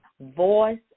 Voice